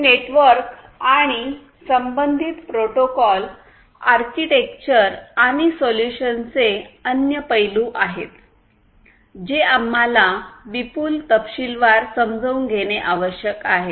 हे नेटवर्क आणि संबंधित प्रोटोकॉल आर्किटेक्चर आणि सोल्यूशन्सचे अन्य पैलू आहेत जे आम्हाला विपुल तपशीलवार समजून घेणे आवश्यक आहे